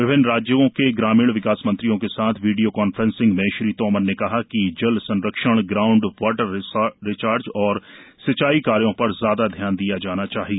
विभिन्न राज्यों के ग्रामीण विकास मंत्रियों के साथ वीडियो कॉन्फ्रेंसिंग में श्री तोमर ने कहा कि जल संरक्षण ग्राउंड वाटर रिचार्ज और सिंचाई कार्यों पर ज्यादा ध्यान दिया जाना चाहिए